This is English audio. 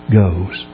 goes